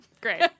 Great